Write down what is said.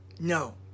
No